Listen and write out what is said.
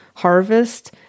harvest